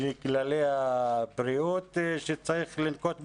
ולכללי הבריאות שצריך לנקוט בהם.